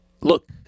look